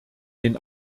den